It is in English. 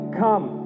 come